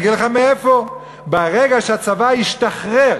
אז אני אגיד לך מאיפה: ברגע שהצבא ישתחרר